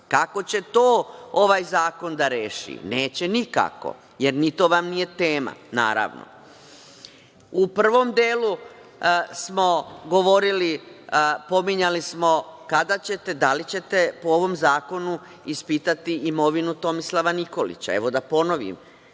Kako će to ovaj zakon da reši? Neće nikako, jer ni to vam nije tema, naravno.U prvom delu smo govorili, pominjali smo kada ćete, da li ćete po ovom zakonu ispitati imovinu Tomislava Nikolića? Evo, da ponovim,